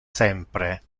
sempre